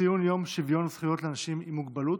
ציון יום שוויון זכויות לאנשים עם מוגבלויות,